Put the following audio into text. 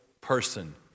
person